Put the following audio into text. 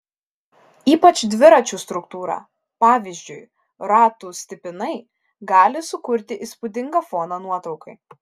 ypač dviračių struktūra pavyzdžiui ratų stipinai gali sukurti įspūdingą foną nuotraukai